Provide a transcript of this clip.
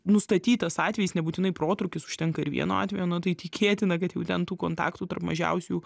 nustatytas atvejis nebūtinai protrūkis užtenka ir vieno atvejo nu tai tikėtina kad jau ten tų kontaktų tarp mažiausiųjų